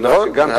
נכון,